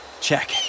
Check